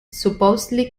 supposedly